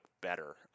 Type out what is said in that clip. better